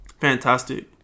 Fantastic